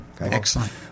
Excellent